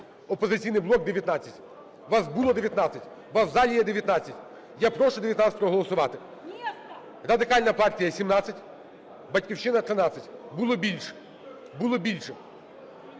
"Опозиційний блок" – 19. Вас було 19, вас в залі є 19, я прошу 19 проголосувати. Радикальна партія – 17, "Батьківщина" – 13 (було більше, було більше).